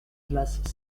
place